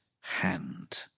hand